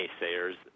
naysayers